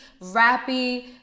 rappy